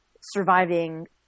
surviving